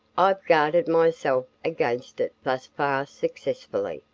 i've guarded myself against it thus far successfully,